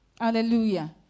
Hallelujah